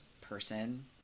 person